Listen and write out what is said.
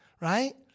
right